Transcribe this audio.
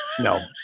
no